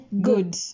good